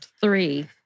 three